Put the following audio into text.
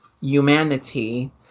humanity